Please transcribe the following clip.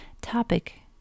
topic